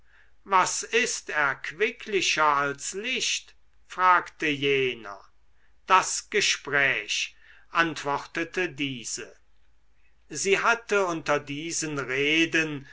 was ist erquicklicher als licht fragte jener das gespräch antwortete diese sie hatte unter diesen reden